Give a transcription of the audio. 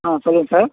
ஆ சொல்லுங்கள் சார்